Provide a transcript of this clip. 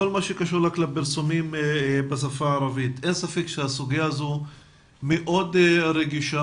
אין ספק שהסוגיה של פרסומים בשפה הערבית מאוד רגישה.